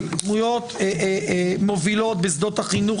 של דמויות מובילות בשדות החינוך,